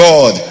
God